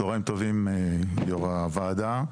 צהריים טובים יו"ר הוועדה,